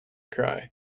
cry